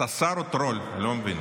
אתה שר או טרול, אני לא מבין.